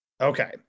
Okay